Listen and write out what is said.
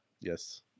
Yes